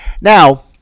now